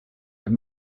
with